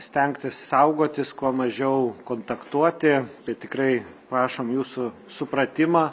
stengtis saugotis kuo mažiau kontaktuoti tai tikrai prašom jūsų supratimą